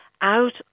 out